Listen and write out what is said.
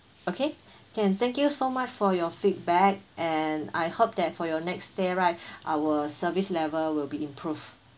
okay can thank you so much for your feedback and I hope that for your next stay right our service level will be improved